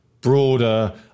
Broader